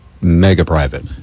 mega-private